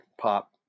pop